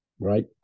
right